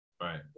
Right